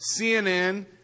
CNN